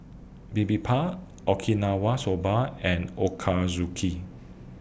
Bibimbap Okinawa Soba and Ochazuke